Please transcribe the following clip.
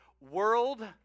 world